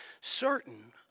certain